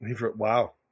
Wow